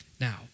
Now